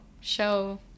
show